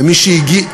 ומי שהגיש,